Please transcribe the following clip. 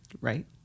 Right